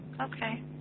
Okay